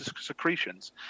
secretions